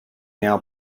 now